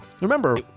Remember